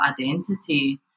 identity